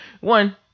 one